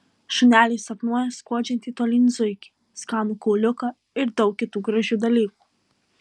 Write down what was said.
šuneliai sapnuoja skuodžiantį tolyn zuikį skanų kauliuką ir daug kitų gražių dalykų